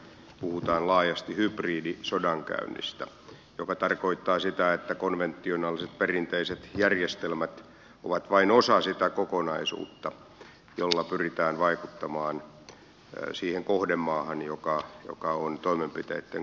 puhutaan laajasti hybridisodankäynnistä joka tarkoittaa sitä että konventionaaliset perinteiset järjestelmät ovat vain osa sitä kokonaisuutta jolla pyritään vaikuttamaan siihen kohdemaahan joka on toimenpiteitten kohteena